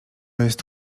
jest